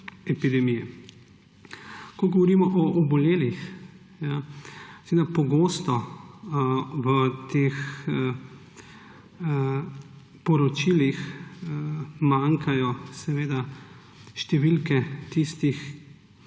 Ko govorimo o obolelih, pogosto v teh poročilih manjkajo številke tistih,